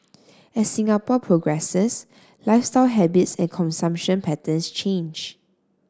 as Singapore progresses lifestyle habits and consumption patterns change